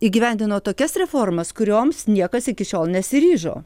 įgyvendino tokias reformas kurioms niekas iki šiol nesiryžo